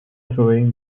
throwing